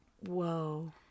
Whoa